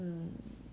mm